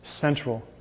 central